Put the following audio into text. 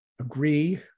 agree